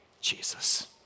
Jesus